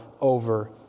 over